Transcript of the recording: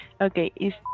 Okay